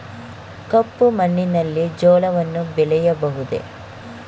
ಕಪ್ಪು ಮಣ್ಣಿನಲ್ಲಿ ಜೋಳವನ್ನು ಬೆಳೆಯಬಹುದೇ?